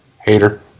Hater